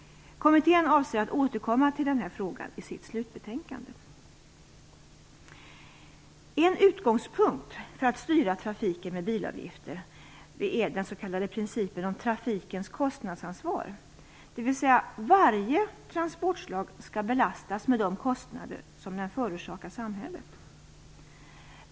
Kommittén avser att återkomma till frågan i sitt slutbetänkande. En utgångspunkt för att styra trafiken med bilavgifter är den s.k. principen om trafikens kostnadsansvar, dvs. att varje transportslag skall belastas med de kostnader som det förorsakar samhället.